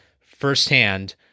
firsthand